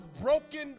broken